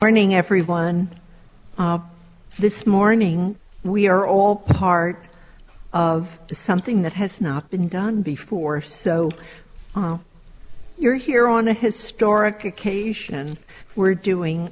morning everyone this morning we are all part of the something that has not been done before so you're here on a historic occasion we're doing